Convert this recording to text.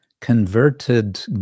converted